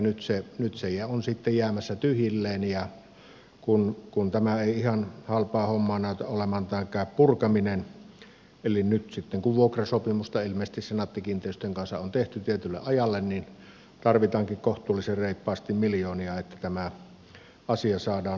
nyt se on sitten jäämässä tyhjilleen ja kun ei ihan halpaa hommaa näytä olevan tämä purkaminenkaan eli nyt sitten kun vuokrasopimusta ilmeisesti senaatti kiinteistöjen kanssa on tehty tietylle ajalle niin tarvitaankin kohtuullisen reippaasti miljoonia että tämä asia saadaan hoidettua kuntoon